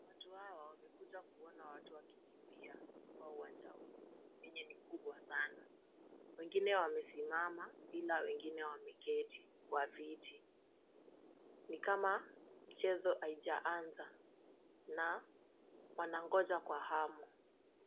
Watu hawa wamekuja kuona watu wakikimbia kwa uwanja huu yenye ni kubwa sana. Wengine wamesimama ila wengine wameketi kwa viti, ni kama mchezo haijaanza na wanangoja kwa hamu.